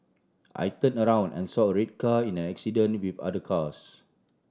I turned around and saw a red car in an accident with other cars